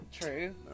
True